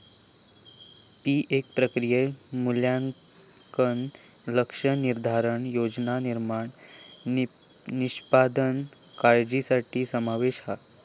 PF प्रक्रियेत मूल्यांकन, लक्ष्य निर्धारण, योजना निर्माण, निष्पादन काळ्जीचो समावेश हा